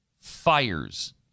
fires